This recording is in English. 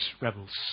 rebels